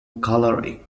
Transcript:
coloring